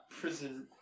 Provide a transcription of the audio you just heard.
prison